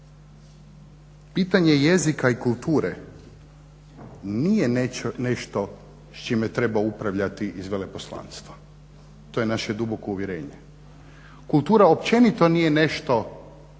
Pitanje jezika i kulture nije nešto s čime treba upravljati iz veleposlanstva, to je naše duboko uvjerenje. Kultura općenito nije nešto